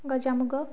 ଗଜାମୁଗ